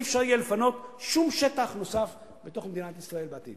יהיה אפשר לפנות שום שטח נוסף בתוך מדינת ישראל בעתיד,